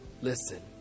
listen